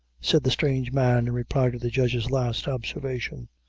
said the strange man, in reply to the judge's last observation,